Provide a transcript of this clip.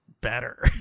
better